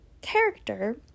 character